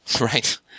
right